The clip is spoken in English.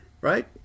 right